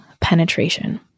penetration